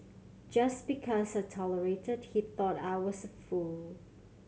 just because I tolerated he thought I was a fool